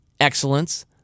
excellence